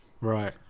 right